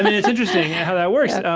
um and it's interesting how that works.